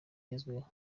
bigerwaho